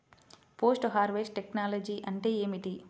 Post harvest technology అంటే ఏమిటి?